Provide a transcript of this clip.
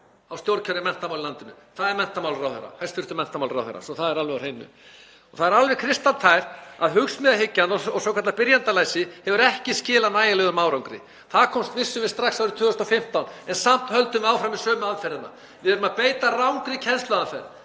á stjórnkerfi menntamála í landinu. Það er hæstv. menntamálaráðherra, svo það er alveg á hreinu. Það er alveg kristaltært að hugsmíðahyggjan og svokallað byrjendalæsi hefur ekki skilað nægilegum árangri. Það vissum við strax árið 2015 en samt höldum við áfram með sömu aðferðirnar. Við erum að beita rangri kennsluaðferð.